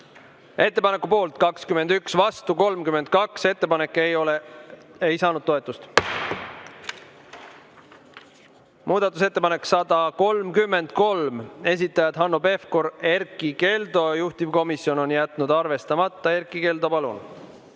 Ettepaneku poolt on 21, vastu 32. Ettepanek ei saanud toetust. Muudatusettepanek nr 133, esitajad Hanno Pevkur ja Erkki Keldo, juhtivkomisjon on jätnud arvestamata. Erkki Keldo, palun!